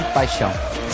paixão